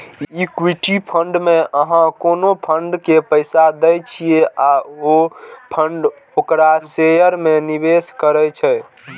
equity fund मे अहां कोनो फंड के पैसा दै छियै आ ओ फंड ओकरा शेयर मे निवेश करै छै